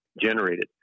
generated